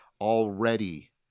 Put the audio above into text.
already